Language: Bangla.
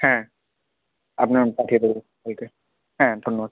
হ্যাঁ আপনার পাঠিয়ে দেবো কালকে হ্যাঁ ধন্যবাদ